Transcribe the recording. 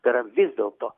tai yra vis dėlto